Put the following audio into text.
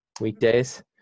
weekdays